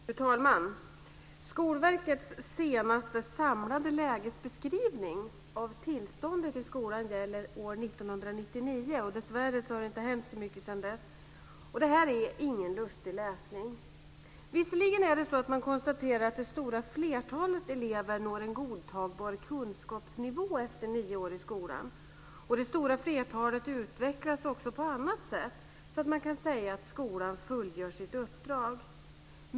Fru talman! Skolverkets senaste samlade lägesbeskrivning om tillståndet i skolan gäller år 1999. Dessvärre har det inte hänt så mycket sedan dess. Det är ingen lustig läsning. Visserligen konstaterar man att det stora flertalet elever når en godtagbar kunskapsnivå efter nio år i skolan, och det stora flertalet utvecklas också på annat sätt så att man kan säga att skolan fullgör sitt uppdrag.